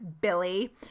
Billy